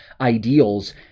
ideals